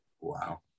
Wow